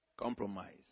compromise